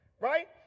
Right